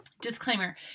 Disclaimer